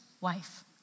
wife